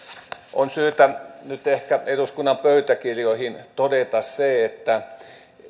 on syytä nyt ehkä eduskunnan pöytäkirjoihin todeta se että